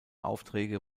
aufträge